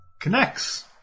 connects